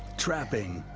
trapping,